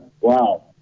wow